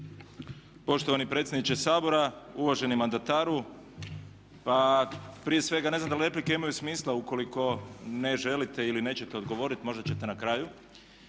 Poštovani predsjedniče Sabora, uvaženi mandataru. Pa prije svega ne znam da li replike imaju smisla ukoliko ne želite ili nećete odgovoriti, možda ćete na kraju.